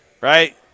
Right